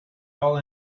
all